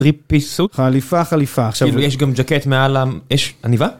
ריפיסות, חליפה חליפה, כאילו יש גם ג'קט מעל ה... יש, עניבה?